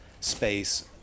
space